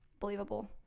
believable